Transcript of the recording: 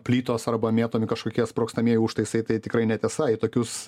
plytos arba mėtomi kažkokie sprogstamieji užtaisai tai tikrai netiesa į tokius